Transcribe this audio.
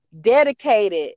Dedicated